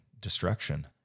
destruction